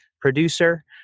producer